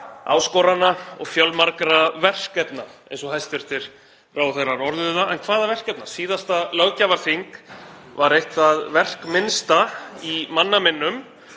áskoranna og fjölmargra verkefna, eins og hæstv. ráðherrar orðuðu það. En hvaða verkefna? Síðasta löggjafarþing var eitt það verkminnsta í manna minnum.